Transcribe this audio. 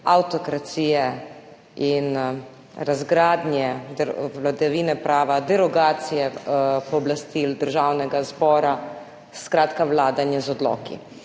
avtokracije in razgradnje vladavine prava, derogacije pooblastil Državnega zbora, skratka vladanje z odloki.